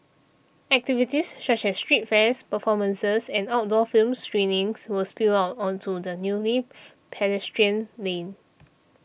activities such as street fairs performances and outdoor film screenings will spill out onto the newly pedestrian lane